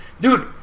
Dude